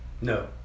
No